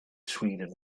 sweden